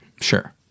Sure